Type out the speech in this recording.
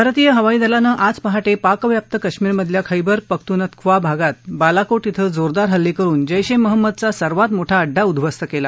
भारतीय हवाईदलानं आज पहा पाकव्याप्त कश्मीरमधल्या खैबर पख्तुनख्वा भागात बालाको इथं जोरदार हल्ले करुन जैश ए महम्मदचा सर्वात मोठा अड्डा उद्ध्वस्त केला